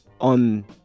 on